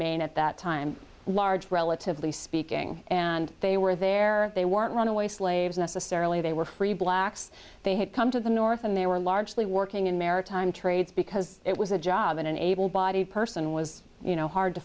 maine at that time large relatively speaking and they were there they weren't runaway slaves necessarily they were free blacks they had come to the north and they were largely working in maritime trades because it was a job and an able bodied person was